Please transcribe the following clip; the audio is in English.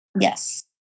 Yes